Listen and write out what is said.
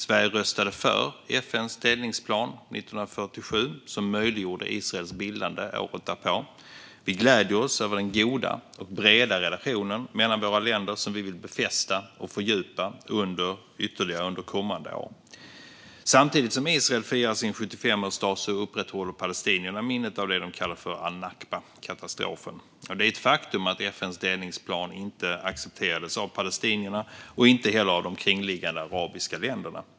Sverige röstade 1947 för FN:s delningsplan, som möjliggjorde Israels bildande året därpå. Vi gläder oss över den goda och breda relationen mellan våra länder, som vi vill befästa och fördjupa ytterligare under kommande år. Samtidigt som Israel firar sin 75-årsdag upprätthåller palestinierna minnet av det de kallar al-nakba, katastrofen. Det är ett faktum att FN:s delningsplan inte accepterades av palestinierna och inte heller av de kringliggande arabiska länderna.